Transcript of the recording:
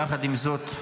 יחד עם זאת,